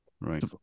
Right